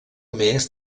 mes